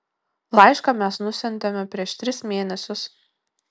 laišką mes nusiuntėme prieš tris mėnesius